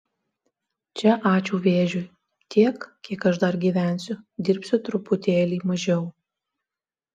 čia ačiū vėžiui tiek kiek aš dar gyvensiu dirbsiu truputėlį mažiau